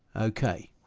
okay